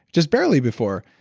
just barely before.